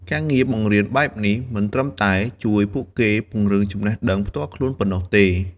ការងារបង្រៀនបែបនេះមិនត្រឹមតែជួយពួកគេពង្រឹងចំណេះដឹងផ្ទាល់ខ្លួនប៉ុណ្ណោះទេ។